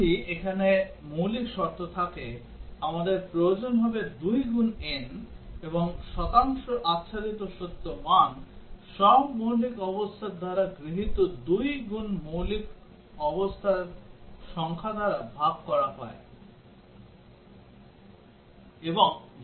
যদি এখানে মৌলিক শর্ত থাকে আমাদের প্রয়োজন হবে 2 গুন n এবং শতাংশ আচ্ছাদিত সত্য মান সব মৌলিক অবস্থার দ্বারা গৃহীত 2 গুন মৌলিক অবস্থার সংখ্যা দ্বারা ভাগ করা হয়